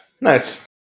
Nice